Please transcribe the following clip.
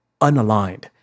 unaligned